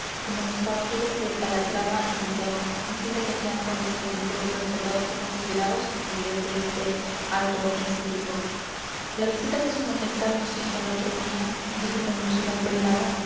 como los caballeros de calatrava y santiago a fin de que sean conocidos del pueblo y respetados y considerados como merece ese alto instituto la visita que su majestad nos hizo el otro día dijo con dulzura el prelado